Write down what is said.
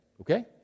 okay